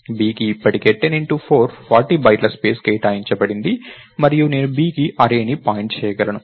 b కి ఇప్పటికే 10 4 40 byte లు స్పేస్ కేటాయించబడింది మరియు నేను b కి అర్రే ని పాయింట్ చేయగలను